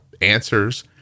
answers